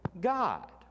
God